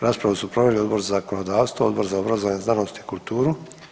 Raspravu su proveli Odbor za zakonodavstvo, Odbor za obrazovanje, znanost i kulturu.